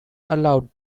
allowed